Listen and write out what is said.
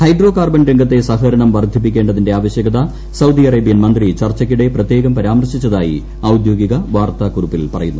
hydrocarbon രംഗത്തെ സഹകരണം വർദ്ധിപ്പിക്കേണ്ടതിന്റെ ആവശ്യകത സൌദി അറേബ്യൻ മന്ത്രി ചർച്ചയ്ക്കിടെ പ്രത്യേകം പരാമർശിച്ചതായി ഔദ്യോഗിക വാർത്താക്കുറിപ്പിൽ പറയുന്നു